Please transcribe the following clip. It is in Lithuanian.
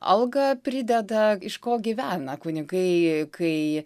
algą prideda iš ko gyvena kunigai kai